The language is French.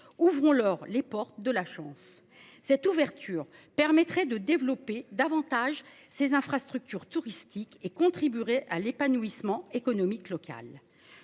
ouvrons-leur les portes de la chance. Cette ouverture permettrait de développer davantage ses infrastructures touristiques et contribuerait à l'épanouissement économique local.